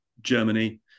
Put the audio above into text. Germany